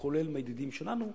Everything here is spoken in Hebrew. כולל הידידים שלנו,